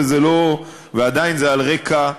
ועדיין זה על רקע,